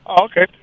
Okay